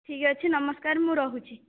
ଠିକ୍ ଅଛି ନମସ୍କାର ମୁଁ ରହୁଛି